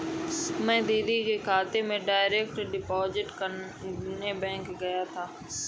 मैं दीदी के खाते में डायरेक्ट डिपॉजिट करने बैंक गया था